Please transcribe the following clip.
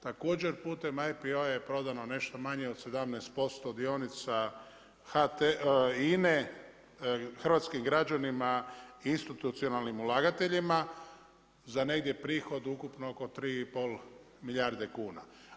Također putem IPO-a je prodano nešto manje od 17% dionica INA-e, hrvatskim građanima i institucijalnim ulagateljima, za negdje prihod ukupnog od 3,5 milijarde kuna.